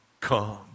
come